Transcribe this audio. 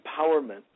empowerment